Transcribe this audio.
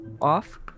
off